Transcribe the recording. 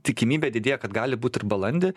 tikimybė didėja kad gali būt ir balandį